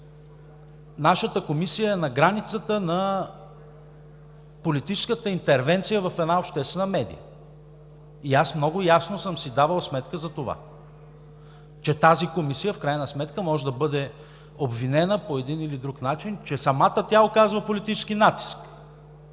нашата комисия е на границата на политическата интервенция в една обществена медия и аз много ясно съм си давал сметка за това, че тази комисия може да бъде обвинена по един или друг начин, че самата тя оказва политически натиск.